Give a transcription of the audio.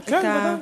כן, ודאי.